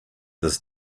this